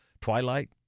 Twilight